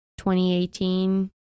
2018